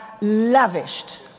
lavished